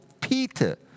Peter